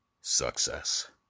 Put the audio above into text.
success